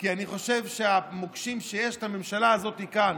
כי אני חושב שהמוקשים שיש לממשלה הזאת כאן,